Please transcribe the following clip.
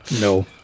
No